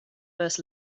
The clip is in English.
first